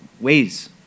ways